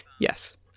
Yes